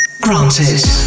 granted